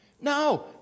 No